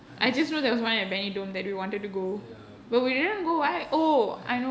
I think it's six flags ya why ah